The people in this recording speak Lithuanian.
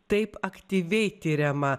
taip aktyviai tiriama